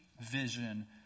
vision